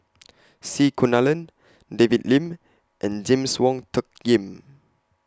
C Kunalan David Lim and James Wong Tuck Yim